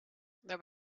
there